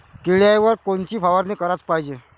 किड्याइवर कोनची फवारनी कराच पायजे?